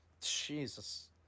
Jesus